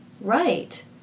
Right